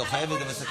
את לא חייבת גם לסכם.